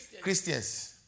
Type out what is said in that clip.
Christians